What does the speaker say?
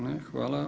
Ne, hvala.